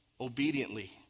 obediently